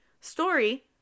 story